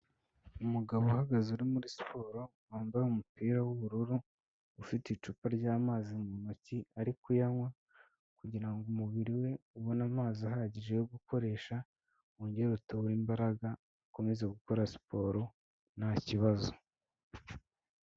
Umugabo uhagaze uri muri siporo wambaye umupira w'ubururu ufite icupa ry'amazi mu ntoki ari kuyanywa kugira ngo umubiri we ubone amazi ahagije yo gukoresha, wongere utore imbaraga ukomeze gukora siporo nta kibazo.